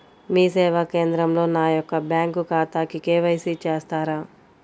మీ సేవా కేంద్రంలో నా యొక్క బ్యాంకు ఖాతాకి కే.వై.సి చేస్తారా?